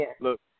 look